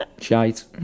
shite